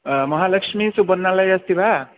महालक्ष्मीसुवर्णालयः अस्ति वा